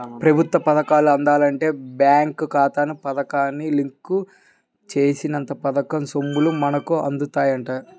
ప్రభుత్వ పథకాలు అందాలంటే బేంకు ఖాతాకు పథకాన్ని లింకు జేత్తేనే పథకం సొమ్ములు మనకు అందుతాయంట